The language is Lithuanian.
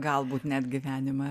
galbūt net gyvenimą